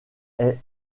est